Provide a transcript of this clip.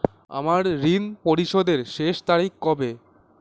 আমার ঋণ পরিশোধের শেষ তারিখ কবে?